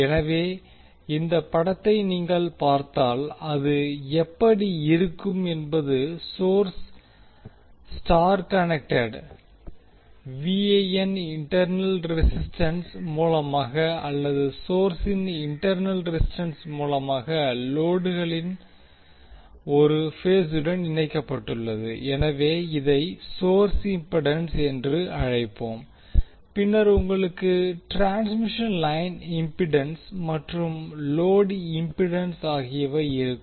எனவே இந்த படத்தை நீங்கள் பார்த்தால் அது எப்படி இருக்கும் என்பது source Y connected internal resistance மூலமாகவோ அல்லது சோர்ஸின் இன்டர்னல் ரெசிஸ்டன்ஸ் மூலமாகவோ லோடுகளின் ஒரு பேசுடன் இணைக்கப்பட்டுள்ளது எனவே இதை சோர்ஸ் இம்பிடன்ஸ் என்று அழைப்போம் பின்னர் உங்களுக்கு ட்ரான்ஸ்மிஷன் லைன் இம்பிடன்ஸ் மற்றும் லோடு இம்பிடன்ஸ் ஆகியவை இருக்கும்